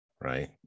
right